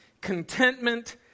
contentment